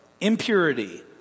impurity